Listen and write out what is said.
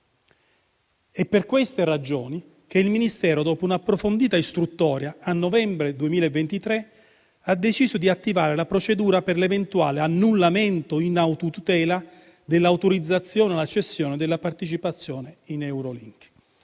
È per queste ragioni che il Ministero, dopo un'approfondita istruttoria, a novembre 2023 ha deciso di attivare la procedura per l'eventuale annullamento in autotutela dell'autorizzazione alla cessione della partecipazione in Eurolink.